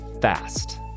fast